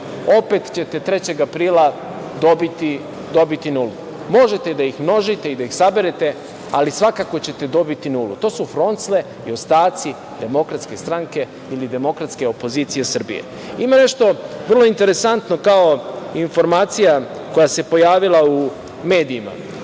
opet ćete 3. aprila dobiti nulu. Možete da ih množite i da ih saberete, ali svakako ćete dobiti nulu. To su froncle i ostaci DS ili DOS-a. Ima nešto vrlo interesantno kao informacija koja se pojavila u medijima.